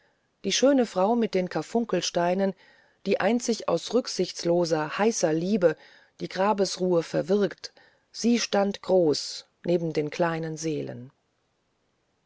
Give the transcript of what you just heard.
die schöne frau mit den karfunkelsteinen die einzig aus rücksichtsloser heißer liebe die grabesruhe verwirkt sie stand groß neben den kleinen seelen